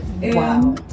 Wow